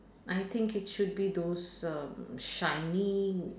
I think it should be those um shiny